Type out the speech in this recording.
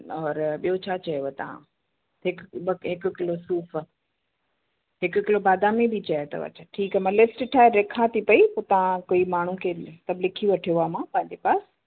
और ॿियो छा चयव तव्हां हिक ॿ की हिक किलो सूफ़ हिक किलो बादामी बि चया अथव ठीकु आहे मां लिस्ट ठाहे रखां थी पई पोइ तव्हां कोई माण्हू खे सभु लिखी वठो आहे मां पंहिंजे पास